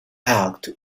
act